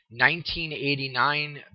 1989